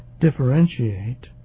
differentiate